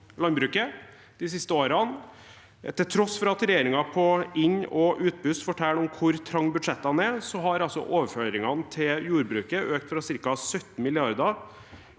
landbruket de siste årene. Til tross for at regjeringen på inn og utpust forteller om hvor trange budsjettene er, har overføringene til jordbruket på kun få år økt fra ca. 17 mrd.